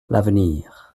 l’avenir